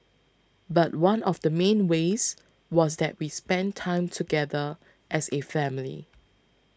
but one of the main ways was that we spent time together as a family